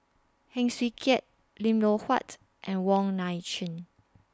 Heng Swee Keat Lim Loh Huat and Wong Nai Chin